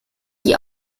die